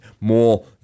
more